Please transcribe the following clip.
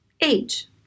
age